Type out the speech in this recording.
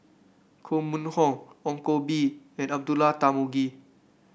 Koh Mun Hong Ong Koh Bee and Abdullah Tarmugi